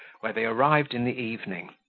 where they arrived in the evening,